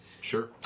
Sure